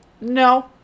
No